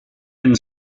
and